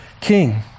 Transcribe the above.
king